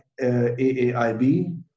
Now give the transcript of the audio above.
AAIB